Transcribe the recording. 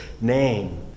name